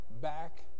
back